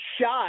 shot